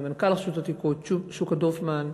מנכ"ל רשות העתיקות, שוקה דורפמן,